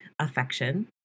affection